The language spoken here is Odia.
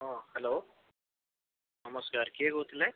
ହଁ ହ୍ୟାଲୋ ନମସ୍କାର କିଏ କହୁଥିଲେ